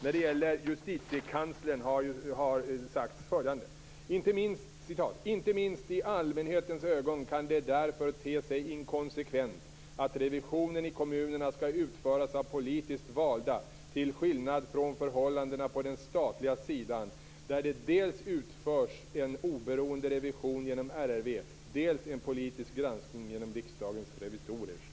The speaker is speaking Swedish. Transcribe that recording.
Från Justitiekanslern har sagts följande: "Inte minst i allmänhetens ögon kan det därför te sig inkonsekvent att revisionen i kommunerna skall utföras av politiskt valda till skillnad från förhållandena på den statliga sidan där det dels utförs en oberoende revision genom RRV, dels en politisk granskning genom Riksdagens revisorer."